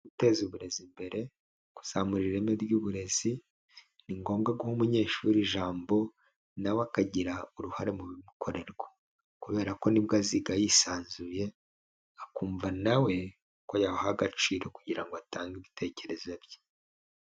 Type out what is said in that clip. Guteza uburezi imbere, kuzamura ireme ry'uburezi, ni ngombwa guha umunyeshuri ijambo na we akagira uruhare mu bimukorerwa, kubera ko ni bwo aziga yisanzuye, akumva na we ko yahawe agaciro kugira ngo atange ibitekerezo bye.